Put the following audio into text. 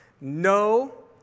No